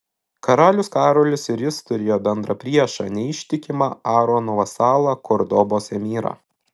karalius karolis ir jis turėjo bendrą priešą neištikimą aarono vasalą kordobos emyrą